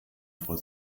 vor